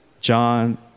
John